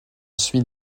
suit